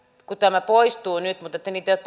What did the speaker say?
kun tämä poistuu nyt niin määrärahoja ei ole